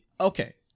Okay